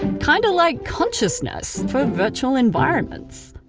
kind of like consciousness for virtual environments.